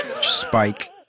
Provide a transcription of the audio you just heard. spike